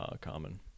common